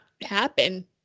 happen